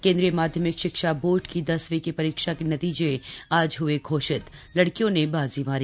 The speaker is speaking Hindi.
केन्द्रीय माध्यमिक शिक्षा बोर्ड की दसवीं की परीक्षा के नतीजे आज हुए घोषित लड़कियों ने बाजी मारी